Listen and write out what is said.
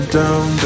down